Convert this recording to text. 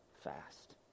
fast